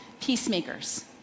peacemakers